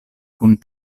kun